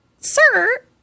Sir